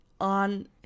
on